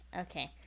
okay